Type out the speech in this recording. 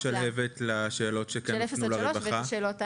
שלהבת, תשיבו לשאלות שקשורות לרווחה.